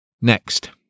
Next